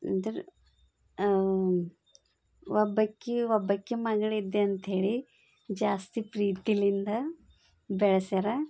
ಅಂದ್ರೆ ಒಬ್ಬಾಕಿ ಒಬ್ಬಾಕಿ ಮಗಳಿದ್ದೆ ಅಂಥೇಳಿ ಜಾಸ್ತಿ ಪ್ರೀತಿಯಿಂದ ಬೆಳೆಸ್ಯಾರ